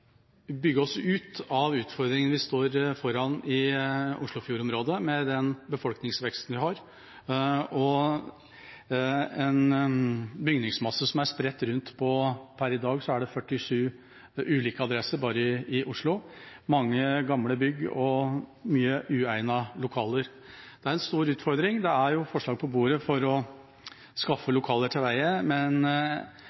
bygge oss ut av utfordringene vi står foran i Oslofjord-området, med den befolkningsveksten vi har, og en bygningsmasse som per i dag er spredt rundt på 47 ulike adresser bare i Oslo. Det er mange gamle bygg og mange uegnede lokaler. Det er en stor utfordring. Det er forslag på bordet for å skaffe